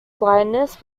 blindness